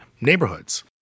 neighborhoods